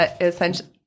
essentially